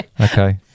okay